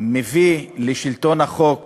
והוא מהווה